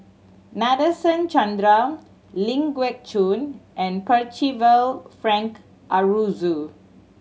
Nadasen Chandra Ling Geok Choon and Percival Frank Aroozoo